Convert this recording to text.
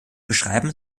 beschreiben